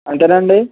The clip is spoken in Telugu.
అంతేనా అండీ